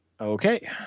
Okay